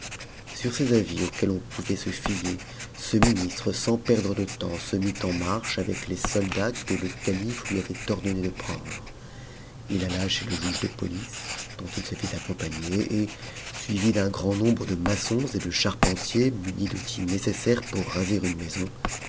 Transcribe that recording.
sur ces avis auxquels on pouvait se fier ce ministre sans perdre de temps se mit en marche avec les soldats que le calife lui avait ordonné de prendre il alla chez le juge de police dont il se ct accompagner et suivi d'un grand nombre de maçons et de charpentiers munis d'outils nécessaires pour raser une maison